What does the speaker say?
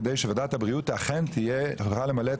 כדי שוועדת הבריאות תוכל למלא את